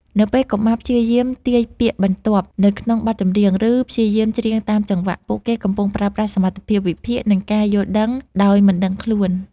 នៅពេលកុមារព្យាយាមទាយពាក្យបន្ទាប់នៅក្នុងបទចម្រៀង ឬព្យាយាមច្រៀងតាមចង្វាក់ ពួកគេកំពុងប្រើប្រាស់សមត្ថភាពវិភាគ និងការយល់ដឹងដោយមិនដឹងខ្លួន។